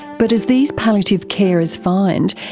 but as these palliative carers find,